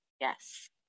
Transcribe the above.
Yes